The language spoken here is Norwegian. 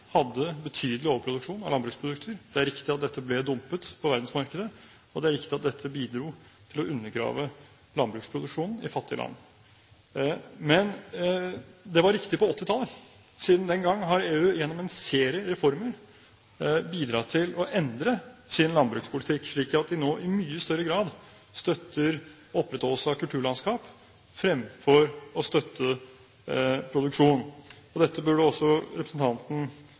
hadde betydelig overproduksjon av landbruksprodukter. Det er riktig at dette ble dumpet på verdensmarkedet. Det er riktig at dette bidro til å undergrave produksjonen av landbruksprodukter i fattige land. Men det var riktig på 1980-tallet. Siden den gang har EU gjennom en serie reformer bidratt til å endre sin landbrukspolitikk slik at de nå i mye større grad støtter opprettholdelse av kulturlandskap fremfor å støtte produksjon. Dette burde også representanten